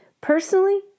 Personally